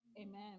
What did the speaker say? Amen